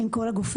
עם כל הגופים,